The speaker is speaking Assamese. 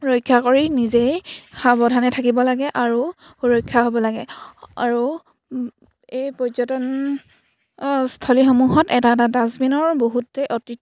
ৰক্ষা কৰি নিজেই সাৱধানে থাকিব লাগে আৰু সুৰক্ষা হ'ব লাগে আৰু এই পৰ্যটনস্থলীসমূহত এটা এটা ডাষ্টবিনৰ বহুতে অতি